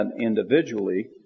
individually